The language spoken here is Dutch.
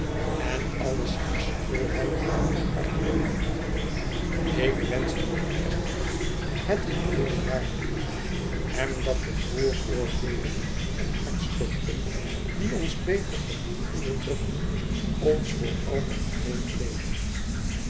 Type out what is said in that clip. en alles is gulheid en hartelijkheid ik wenschte dat kerstmis het geheele jaar duurde en dat de vooroordeelen en hartstochten die ons beter gevoel onderdrukken ons voor altijd vreemd bleven